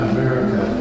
America